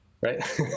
Right